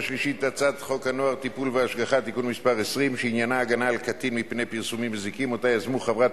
הצעת חוק ההוצאה לפועל (תיקון מס' 34) שהונחה על